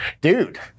Dude